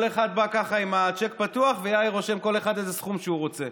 כל אחד בא ככה עם הצ'ק פתוח ויאיר רושם לכל אחד איזה סכום שהוא רוצה.